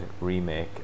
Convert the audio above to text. remake